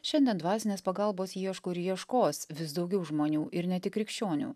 šiandien dvasinės pagalbos ieško ir ieškos vis daugiau žmonių ir ne tik krikščionių